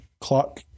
clock